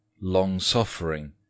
long-suffering